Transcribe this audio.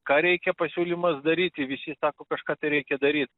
ką reikia pasiūlymas daryti visi sako kažką tai reikia daryt